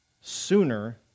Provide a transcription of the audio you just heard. sooner